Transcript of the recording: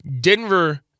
Denver